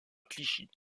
clichy